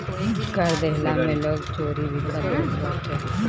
कर देहला में लोग चोरी भी कर लेत बाटे